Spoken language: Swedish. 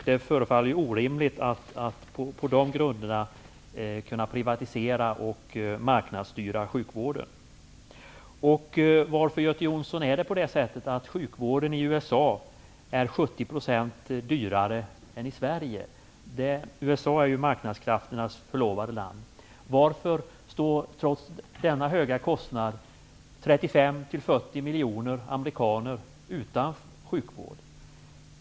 Det förefaller orimligt att på de grunderna kunna privatisera och marknadsstyra sjukvården. dyrare än i Sverige? USA är ju marknadskrafternas förlovade land. Varför står, trots denna höga kostnad, 35 till 40 miljoner amerikaner utan sjukvård?